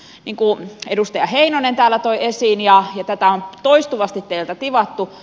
niin kuin edustaja heinonen täällä toi esiin ja tätä on toistuvasti teiltä tivattu